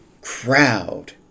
crowd